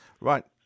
Right